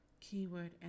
Keyword